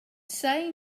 say